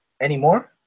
anymore